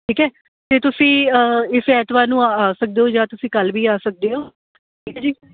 ਠੀਕ ਹੈ ਅਤੇ ਤੁਸੀਂ ਇਸ ਐਤਵਾਰ ਨੂੰ ਆ ਆ ਸਕਦੇ ਹੋ ਜਾਂ ਤੁਸੀਂ ਕੱਲ੍ਹ ਵੀ ਆ ਸਕਦੇ ਹੋ ਠੀਕ ਹੈ ਜੀ